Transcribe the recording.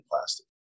plastic